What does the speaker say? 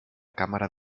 cámara